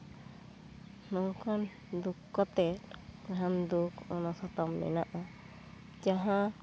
ᱱᱚᱝᱠᱟᱱ ᱫᱩᱠ ᱠᱟᱛᱮ ᱡᱟᱦᱟᱱ ᱫᱩᱠ ᱚᱱᱟ ᱥᱟᱛᱟᱢ ᱢᱮᱱᱟᱜ ᱟ ᱡᱟᱦᱟᱸ